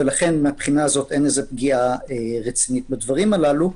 ולכן אין פגיעה רצינית בדברים הללו.